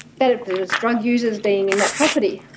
that it was drug users being in that property,